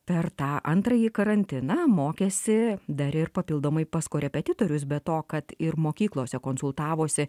per tą antrąjį karantiną mokėsi dar ir papildomai pas korepetitorius be to kad ir mokyklose konsultavosi